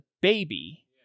baby